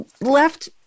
left